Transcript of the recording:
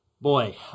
boy